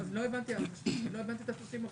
אז לא הבנתי את ה-30%.